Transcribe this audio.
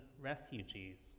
refugees